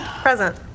Present